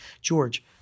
George